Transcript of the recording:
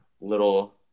little